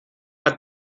hat